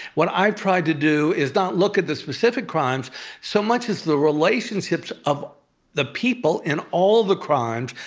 what i've tried to do is not look at the specific crimes so much as the relationships of the people in all the crimes,